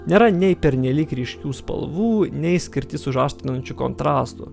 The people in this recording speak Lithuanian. nėra nei pernelyg ryškių spalvų nei skirtis užaštrinančių kontrastų